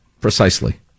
Precisely